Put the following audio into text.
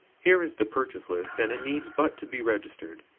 here is the purchase list, and it needs but to be registered.